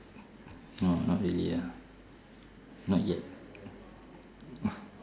mm not really ah not yet